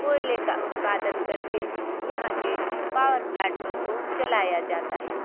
कोयले का उत्पादन करके यहाँ के पावरप्लांटों को चलाया जाता है